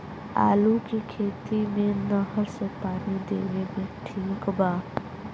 आलू के खेती मे नहर से पानी देवे मे ठीक बा?